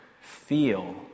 feel